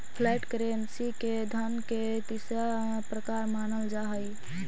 flat currency के धन के तीसरा प्रकार मानल जा हई